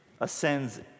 ascends